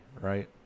right